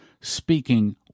speaking